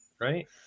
Right